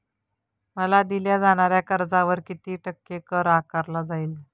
मला दिल्या जाणाऱ्या कर्जावर किती टक्के कर आकारला जाईल?